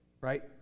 right